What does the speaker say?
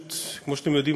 כמו שאתם יודעים,